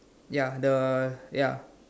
ya the ya